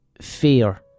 fear